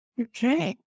Okay